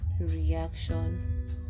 reaction